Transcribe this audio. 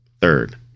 Third